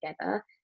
together